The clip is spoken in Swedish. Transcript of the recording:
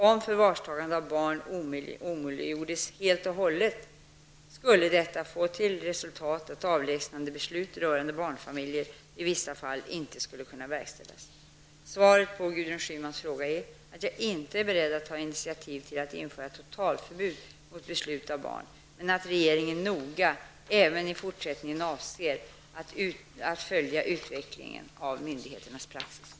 Om förvarstagande av barn omöjliggjordes helt, skulle detta få till resultat att avlägsnandebeslut rörande barnfamiljer i vissa fall inte skulle kunna verkställas. Svaret på Gudrun Schymans fråga är att jag inte är beredd att ta initiativ till att införa totalförbud mot beslut om förvar av barn men att regeringen noga, även i fortsättningen, avser att följa utvecklingen av myndigheternas praxis.